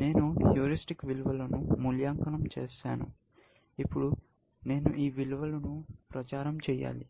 నేను హ్యూరిస్టిక్ విలువలను మూల్యాంకనం చేసాను ఇప్పుడు నేను ఈ విలువను ప్రచారం చేయాలి